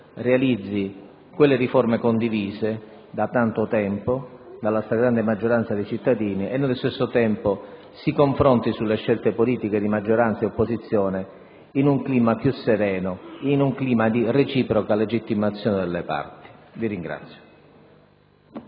realizzi quelle riforme condivise da tanto tempo dalla stragrande maggioranza dei cittadini e dall'altro si confronti sulle scelte politiche di maggioranza e opposizione in un clima più sereno e di reciproca legittimazione delle parti. Vi ringrazio.